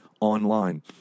online